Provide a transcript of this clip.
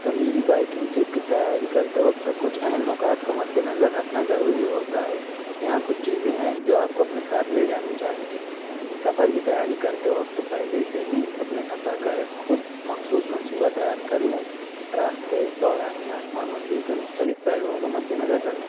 طویل biking trip کی تیاری کرتے وقت کچھ اہم نکات کو مد نظر رکھنا ضروری ہوتا ہے یہاں کچھ چیزیں ہیں جو آپ کو اپنے ساتھ لے جانی چاہئے سفر کی تیاری کرتے وقت پہلے سے ہی اپنے سفر کا ایک خود مخصوص منصوبہ تیار کر لیں راستے دورانیہ اور منزل کے مختلف پہلوؤں کو مد نظر رکھیں